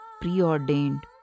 preordained